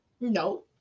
No